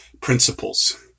principles